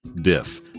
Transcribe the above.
Diff